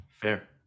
fair